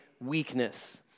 weakness